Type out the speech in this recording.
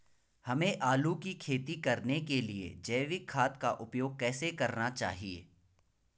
हमें आलू की खेती करने के लिए जैविक खाद का उपयोग कैसे करना चाहिए?